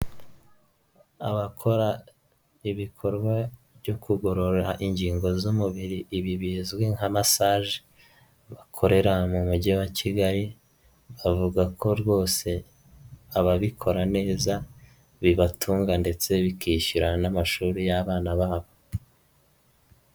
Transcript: Abakora ibikorwa byo kugorora ingingo z'umubiri ibi bizwi nka masaje bakorera mu mujyi wa Kigali bavuga ko rwose ababikora neza bibatunga ndetse bikishyura n'amashuri y'abana babo.